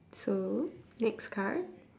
so next card